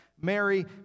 Mary